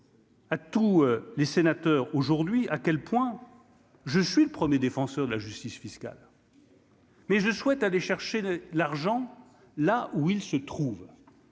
à tous les sénateurs aujourd'hui à quel point je suis le 1er, défenseur de la justice fiscale. Mais je souhaite aller chercher de l'argent là où il se trouve,